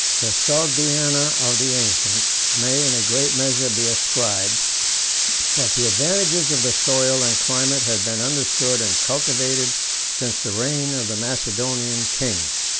the sogdiana of the ancients, may in a great measure be ascribed but the advantages of the soil and climate had been understood and cultivated since the reign of the macedonian kings.